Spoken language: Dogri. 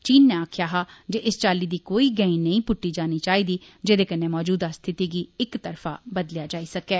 चीन नै आक्खेआ हा जे इस चाल्ली दी कोई गैंड नेईं पुष्टी जानी चाहिदी जेदे कन्नै मौजूदा स्थिति गी इक तरफा बदलेआ जाई सकै